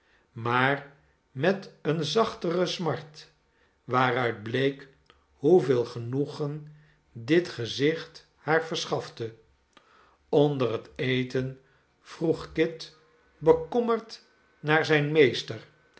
maar met eene zachtere smart waaruit bleek hoeveel genoegen dit gezicht haar verschafte onder het eten vroea kit bekommerd naar zijn meester